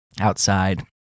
outside